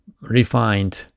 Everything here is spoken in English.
refined